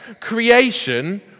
Creation